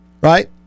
Right